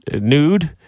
nude